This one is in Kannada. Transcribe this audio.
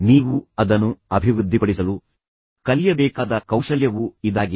ನೀವು ಅದನ್ನು ಅಭಿವೃದ್ಧಿಪಡಿಸಲು ಕಲಿಯಬೇಕಾದ ಕೌಶಲ್ಯವೂ ಇದಾಗಿದೆ